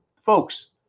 folks